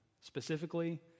Specifically